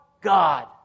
God